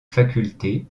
facultés